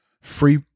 free